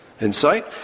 insight